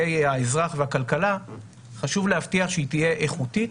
האזרח והכלכלה חשוב להבטיח שהיא תהיה איכותית,